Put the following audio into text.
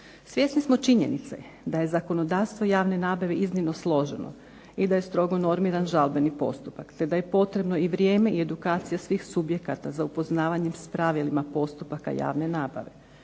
Svjesni smo činjenice da je zakonodavstvo javne nabave iznimno složeno i da je strogo normiran žalbeni postupak te da je potrebno i vrijeme i edukacija svih subjekata za upoznavanjem s pravilima postupaka javne nabave.